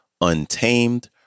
Untamed